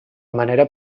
manera